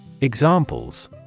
Examples